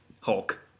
Hulk